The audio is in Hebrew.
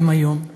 גם היום.